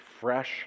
fresh